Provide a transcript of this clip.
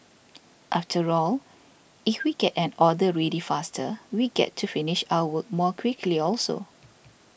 after all if we get an order ready faster we get to finish our work more quickly also